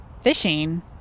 Fishing